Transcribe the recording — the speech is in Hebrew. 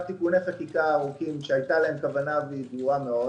תיקוני חקיקה ארוכים שהייתה בהם כוונה ידועה מאוד